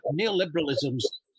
neoliberalism's